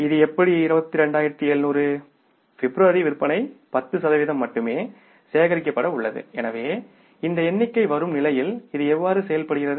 இது எப்படி 22700 பிப்ரவரி விற்பனை 10 சதவிகிதம் மட்டுமே சேகரிக்கப்பட உள்ளது எனவே இந்த எண்ணிக்கை வரும் நிலையில் இது எவ்வாறு செயல்படுகிறது